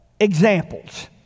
examples